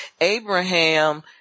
Abraham